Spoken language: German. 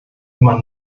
immer